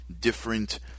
different